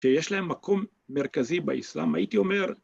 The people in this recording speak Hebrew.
ויש להם מקום מרכזי באסלאם, הייתי אומר,